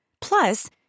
Plus